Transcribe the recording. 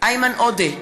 איימן עודה,